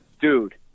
dude